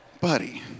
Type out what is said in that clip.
buddy